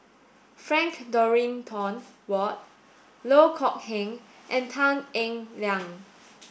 Frank Dorrington Ward Loh Kok Heng and Tan Eng Liang